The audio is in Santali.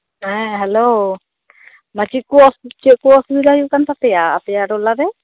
ᱦᱮᱸ ᱦᱮᱞᱳ ᱢᱟᱡᱷᱤ ᱠᱚ ᱪᱮᱜ ᱠᱚ ᱚᱥᱩᱵᱤᱫᱟ ᱦᱩᱭᱩᱜ ᱠᱟᱱ ᱛᱟᱯᱮᱭᱟ ᱟᱯᱮᱭᱟᱜ ᱴᱚᱞᱟᱨᱮ